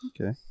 Okay